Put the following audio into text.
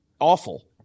awful